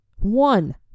One